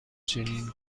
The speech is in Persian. چنین